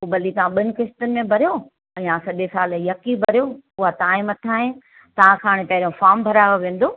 उहो भली तव्हां ॿिनि क़िस्तनि में भरियो अञा सॼे साल जी यकी भरियो उहा तव्हां जे मथां आहे तव्हां सां पहिरों फोम भरायो वेंदो